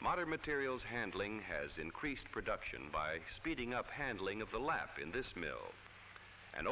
modern materials handling has increased production by speeding up handling of the left in this mill and